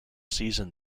season